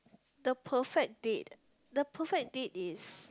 the perfect date the perfect date is